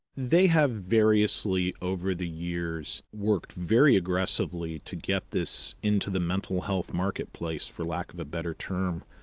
they have variously over the years worked very aggressively to get this into the mental health marketplace, for lack of a better term,